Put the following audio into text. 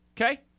Okay